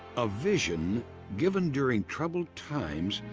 ah vision given during troubled times.